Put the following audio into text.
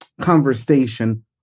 conversation